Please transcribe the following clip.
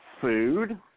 food